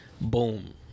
Boom